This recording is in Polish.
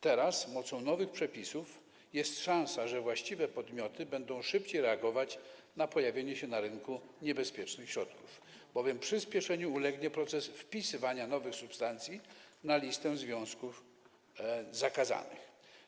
Teraz na mocy nowych przepisów jest szansa, że właściwe podmioty będą szybciej reagować na pojawienie się na rynku niebezpiecznych środków, bowiem przyspieszeniu ulegnie proces wpisywania nowych substancji na listę związków zakazanych.